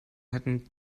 hätten